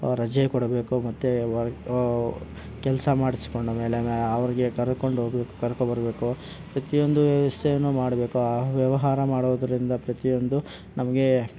ರಜೆ ಕೊಡಬೇಕು ಮತ್ತೆ ಕೆಲಸ ಮಾಡಿಸ್ಕೊಂಡ್ಮೇಲೆ ಅವರಿಗೆ ಕರ್ಕೊಂಡು ಹೋಗಿ ಕರ್ಕೊಂಡ್ಬರ್ಬೇಕು ಪ್ರತಿಯೊಂದು ವ್ಯವಸ್ಥೆಯೂ ಮಾಡಬೇಕು ವ್ಯವಹಾರ ಮಾಡೋದರಿಂದ ಪ್ರತಿಯೊಂದೂ ನಮಗೆ